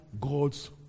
God's